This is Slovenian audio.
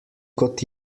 kot